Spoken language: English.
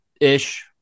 ish